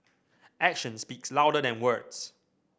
action speaks louder than words